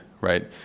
right